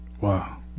Wow